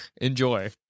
Enjoy